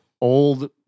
Old